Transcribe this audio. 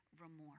remorse